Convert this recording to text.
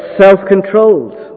self-controlled